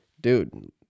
dude